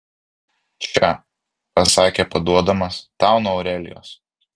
čia pasakė paduodamas tau nuo aurelijos